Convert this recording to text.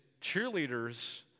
cheerleaders